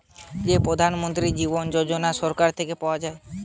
যেই প্রধান মন্ত্রী জীবন যোজনা সরকার থেকে পাওয়া যায়